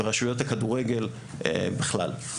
ורשויות הכדורגל בכלל.